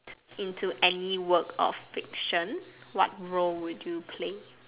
into any work of fiction what role would you play